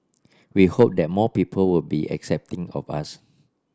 we hope that more people will be accepting of us